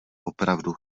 opravdu